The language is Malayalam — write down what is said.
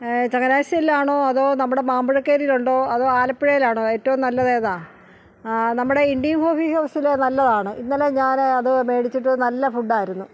ചങ്ങനാശ്ശേരിയിലാണോ അതോ നമ്മുടെ മാമ്പഴക്കേരിയിലുണ്ടോ അതോ ആലപ്പുഴയിലാണോ ഏറ്റവും നല്ലത് ഏതാണ് നമ്മുടെ ഇൻഡ്യൻ കോഫി ഹൗസിലെ നല്ലതാണ് ഇന്നലെ ഞാൻ അത് മേടിച്ചിട്ട് നല്ല ഫുഡ് ആയിരുന്നു